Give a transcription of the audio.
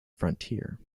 frontier